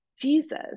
Jesus